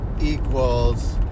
equals